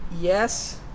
yes